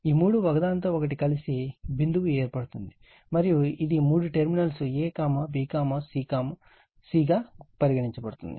ఈ మూడు ఒకదానితో ఒకటి కలిసి బిందువు ఏర్పడుతుంది మరియు ఇది మూడు టెర్మినల్స్ a b c గా పరిగణించబడుతుంది